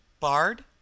Bard